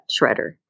shredder